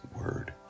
word